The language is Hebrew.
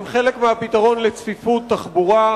הם חלק מהפתרון של צפיפות תחבורה,